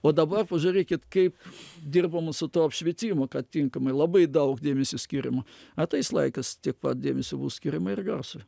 o dabar pažiūrėkit kaip dirbama su tuo apšvietimu kad tinkamai labai daug dėmesio skiriama ateis laikas tiek pat dėmesio bus skiriama ir garsui